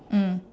mm